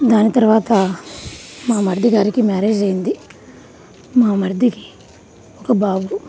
దాని తరువాత మా మరిది గారికి మ్యారేజ్ అయింది మా మరిదికి ఒక బాబు